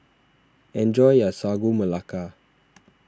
enjoy your Sagu Melaka